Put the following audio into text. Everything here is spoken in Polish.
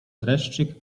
dreszczyk